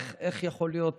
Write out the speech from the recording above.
איך יכול להיות